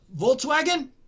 Volkswagen